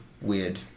weird